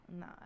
no